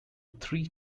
three